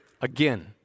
again